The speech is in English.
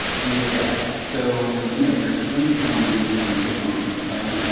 yeah, yeah so you know there's insulin and insulin signaling, right?